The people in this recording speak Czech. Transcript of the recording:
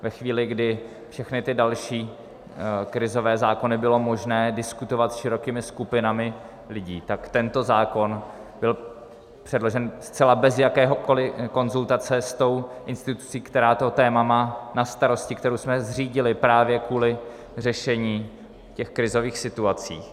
Ve chvíli, kdy všechny ty další krizové zákony bylo možné diskutovat s širokými skupinami lidí, tak tento zákon byl předložen zcela bez jakékoli konzultace s tou institucí, která to téma má na starosti, kterou jsme zřídili právě kvůli řešení těch krizových situací.